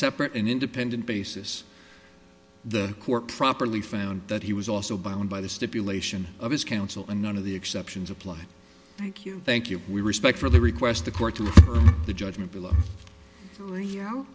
separate and independent basis the court properly found that he was also bound by the stipulation of his counsel and none of the exceptions applied thank you thank you we respect for the request the court to the judgment below